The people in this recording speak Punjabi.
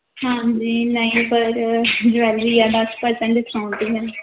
ਹਾਂਜੀ ਨਹੀਂ ਪਰ ਜਵੈਲਰੀ ਦਸ ਪ੍ਰਸੈਂਟ ਡਿਸਕਾਊਂਟ 'ਤੇ ਮਿਲੇਗੀ